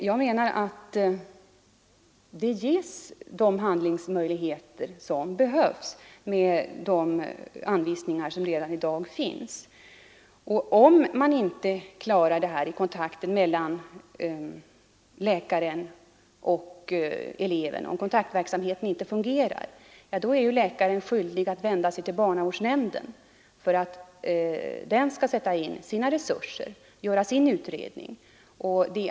Jag menar att de nödvändiga handlingsmöjligheterna redan finns genom de anvisningar som vi har i dag, och om kontakten inte fungerar mellan läkare och elev är läkaren skyldig vända sig till barnavårdsnämnden för att låte den sätta in sina resurser och göra sin utredning.